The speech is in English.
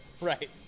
Right